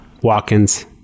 Watkins